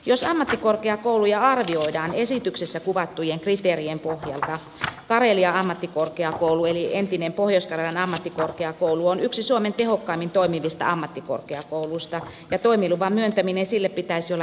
jos ammattikorkeakouluja arvioidaan esityksessä kuvattujen kriteerien pohjalta karelia ammattikorkeakoulu eli entinen pohjois karjalan ammattikorkeakoulu on yksi suomen tehokkaimmin toimivista ammattikorkeakouluista ja toimiluvan myöntäminen sille pitäisi olla itsestäänselvyys